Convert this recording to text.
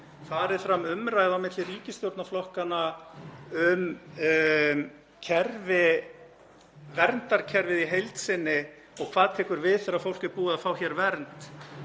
farið fram umræða á milli ríkisstjórnarflokkanna um verndarkerfið í heild sinni og hvað tekur við þegar fólk er búið að fá hér vernd,